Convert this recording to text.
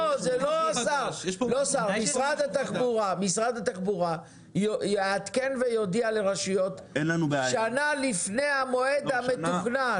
משרד התחבורה יעדכן ויודיע לרשויות שנה לפני המועד המתוכנן,